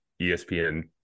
ESPN